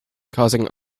causing